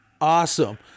awesome